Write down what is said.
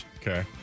Okay